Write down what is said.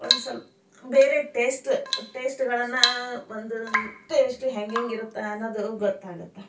ಒಂದು ಸ್ವಲ್ಪ ಬೇರೆ ಟೇಸ್ಟ್ ಟೇಸ್ಟ್ಗಳನ್ನು ಒಂದೊಂದು ಟೇಸ್ಟ್ ಹೆಂಗೆಂಗೆ ಇರತ್ತೆ ಅನ್ನೋದು ಗೊತ್ತಾಗತ್ತೆ